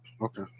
Okay